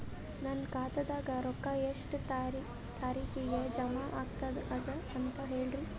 ನನ್ನ ಖಾತಾದಾಗ ರೊಕ್ಕ ಎಷ್ಟ ತಾರೀಖಿಗೆ ಜಮಾ ಆಗತದ ದ ಅಂತ ಹೇಳರಿ?